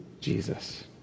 Jesus